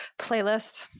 playlist